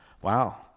Wow